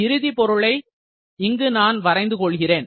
இறுதி பொருளை இங்கு நான் வரைந்து கொள்கிறேன்